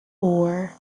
four